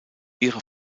ihre